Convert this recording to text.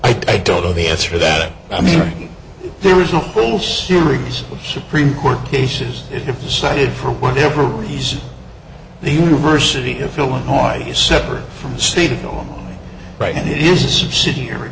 i don't know the answer that i mean there is a whole series of supreme court cases cited for whatever reason the university of illinois is separate from the state right and it is a subsidiary